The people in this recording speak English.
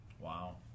Wow